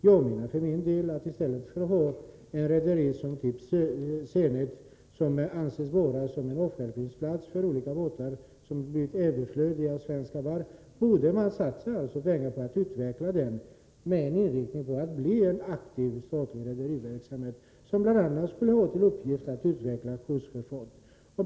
Jag menar för min del att man i stället för att ha ett rederi som Zenit, som anses vara något av en avstjälpningsplats för båtar som blivit överflödiga vid Svenska Varv, borde satsa pengar på att utveckla detta med inriktning på att skapa en aktiv statlig rederiverksamhet, som bl.a. skulle ha till uppgift att bedriva kustsjöfart.